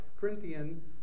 Corinthian